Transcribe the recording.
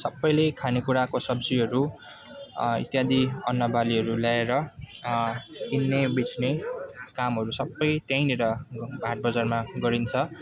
सबैले खानेकुराको सब्जीहरू इत्यादि अन्नबालीहरू ल्याएर किन्ने बेच्ने कामहरू सबै त्यहीँनिर हाटबजारमा गरिन्छ